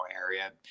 area